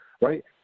right